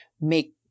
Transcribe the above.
make